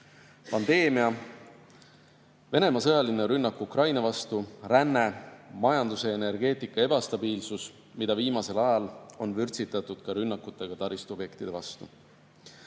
pandeemia, Venemaa sõjaline rünnak Ukraina vastu, ränne, majanduse ja energeetika ebastabiilsus, mida viimasel ajal on vürtsitatud ka rünnakutega taristuobjektide vastu.